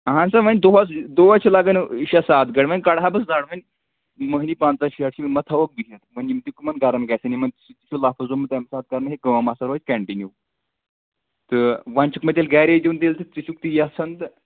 اہَن سا وۄنۍ دۄہَس دۄہَس چھِ لَگان شیٚے سَتھ گاڑِ وۄنۍ کَڑٕ ہا بہٕ زَڈ وۄنۍ مٔہنِو پَنٛژاہ شیٹھ چھِ یِم ما تھَوہوکھ بِہِتھ وۄنۍ یِم تہِ کٕمَن گَرَن گژھن یِمَن سۭتۍ تہِ چھِ لفظ آمُت تَمہِ ساتہٕ کَرنہٕ ہے کٲم ہَسا روزِ کَنٹِنیوٗ تہٕ وۄنۍ چھُکھ مےٚ تیٚلہِ گَرے دیُٚن تہٕ تیٚلہِ ژٕ چھُکھ تی یَژھان تہٕ